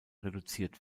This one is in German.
reduziert